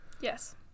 Yes